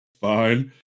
fine